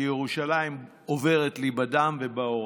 כי ירושלים עוברת לי בדם ובעורקים,